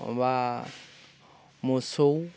माबा मोसौ